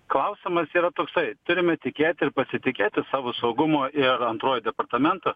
klausimas yra toksai turime tikėti ir pasitikėti savo saugumu ir antruoju departamentu